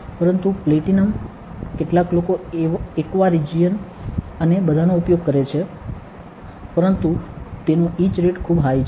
પરંતુ પ્લેટિનમ કેટલાક લોકો એક્વા રિજિયન અને બધાનો ઉપયોગ કરે છે પરંતુ તેનો ઇચ રેટ ખૂબ હાઇ છે